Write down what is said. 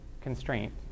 constraint